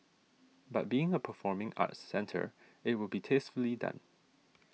but being a performing arts centre it will be tastefully done